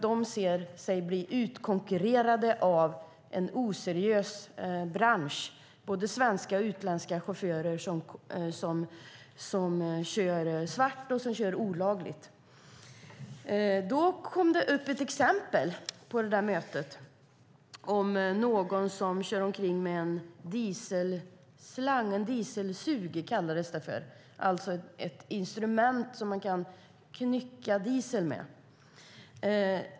De anser sig bli utkonkurrerade av en oseriös bransch, av både svenska och utländska chaufförer som kör svart, olagligt. På mötet kom ett exempel upp om en dieselsug, ett instrument med vilket man kan knycka diesel.